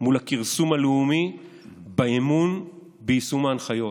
מול הכרסום הלאומי באמון ביישום ההנחיות.